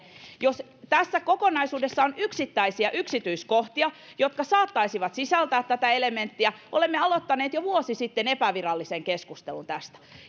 varalta että tässä kokonaisuudessa olisi yksittäisiä yksityiskohtia jotka saattaisivat sisältää tällaisia elementtejä olemme aloittaneet jo vuosi sitten epävirallisen keskustelun tästä